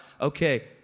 okay